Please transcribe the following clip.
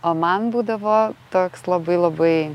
o man būdavo toks labai labai